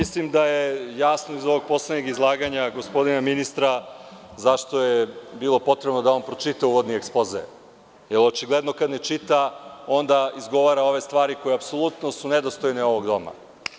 Mislim da je jasno iz ovog poslednjeg izlaganja gospodina ministra zašto je bilo potrebno da on pročita uvodni ekspoze, jer očigledno kad ne čita onda izgovara one stvari koje su apsolutno nedostojne ovog doma.